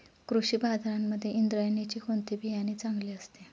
कृषी बाजारांमध्ये इंद्रायणीचे कोणते बियाणे चांगले असते?